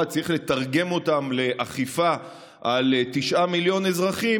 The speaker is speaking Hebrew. צריך לתרגם אותן לאכיפה על תשעה מיליון אזרחים,